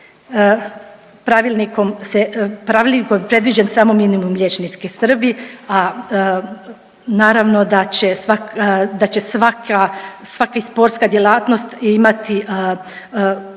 pravilnikom je predviđen samo minimum liječničke skrbi, a naravno da će, da će svaka, svaki sportska djelatnost imati period